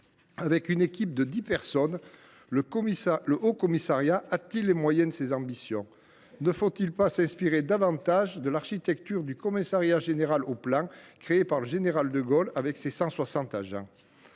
Avec une équipe de dix personnes, a t il les moyens de ses ambitions ? Ne faut il pas s’inspirer davantage de l’architecture du Commissariat général du plan créé par le général de Gaulle, avec ses 160 agents ?